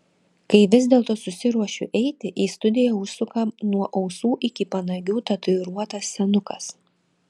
kai vis dėlto susiruošiu eiti į studiją užsuka nuo ausų iki panagių tatuiruotas senukas